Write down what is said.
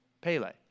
Pele